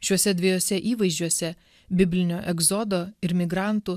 šiuose dviejuose įvaizdžiuose biblinio egzodo ir migrantų